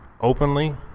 openly